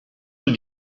were